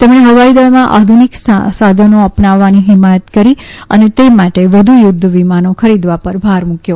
તેમણે હવાઇદળમાં આધુનિક સાધનો અપનાવવાની હિમાયત કરી અને તે માટે વધુ યુદ્ધ વિમાનો ખરીદવા પર ભાર મૂક્યો